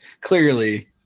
clearly